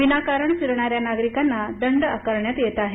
विनाकारण फिरणाऱ्या नागरिकांना दंड आकारण्या येत आहे